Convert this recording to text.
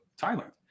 Thailand